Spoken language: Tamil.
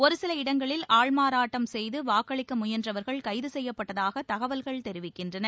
ஒரு சில இடங்களில் ஆள்மாறாட்டம் செய்து வாக்களிக்க முயன்றவர்கள் கைது செய்யப்பட்டதாகத் தகவல்கள் தெரிவிக்கின்றன